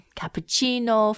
cappuccino